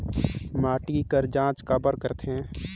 माटी कर जांच काबर करथे?